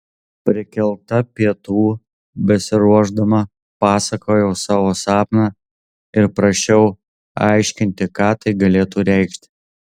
prikelta pietų besiruošdama pasakojau savo sapną ir prašiau aiškinti ką tai galėtų reikšti